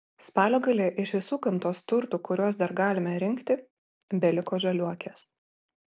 spalio gale iš visų gamtos turtų kuriuos dar galime rinkti beliko žaliuokės